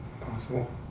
possible